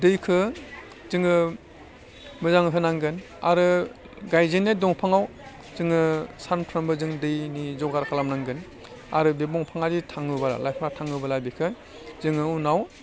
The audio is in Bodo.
दैखौ जोङो मोजां होनांगोन आरो गायजेन्नाय दंफाङाव जोङो सानफ्रोमबो जों दैनि जगार खालामनांगोन आरो बे दंफाङादि थाङोब्ला लाइफाङा थाङोबोला बिखौ जोङो उनाव